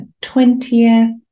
20th